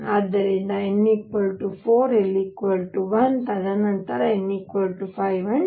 ಆದ್ದರಿಂದ n 4 l 1 ತದನಂತರ n 5 l 0